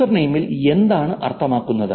username ൽ എന്താണ് അർത്ഥമാക്കുന്നത്